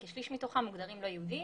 וכשליש מתוכם מוגדרים לא יהודי.